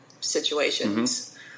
situations